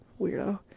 weirdo